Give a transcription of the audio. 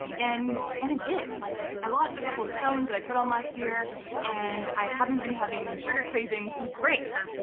and and it did like i lost a couple of pounds i put on last year and i haven't been having sugar cravings it was great.